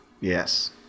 Yes